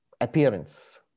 appearance